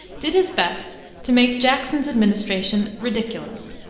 did his best to make jackson's administration ridiculous.